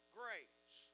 grace